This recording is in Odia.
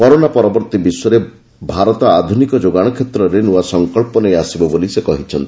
କରୋନା ପରବର୍ତ୍ତୀ ବିଶ୍ୱରେ ଭାରତ ଆଧୁନିକ ଯୋଗାଣ କ୍ଷେତ୍ରରେ ନୂଆ ସଂକଳ୍ପ ନେଇ ଆସିବ ବୋଲି ସେ କହିଛନ୍ତି